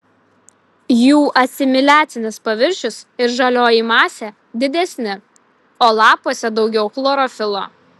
jų asimiliacinis paviršius ir žalioji masė didesni o lapuose daugiau chlorofilo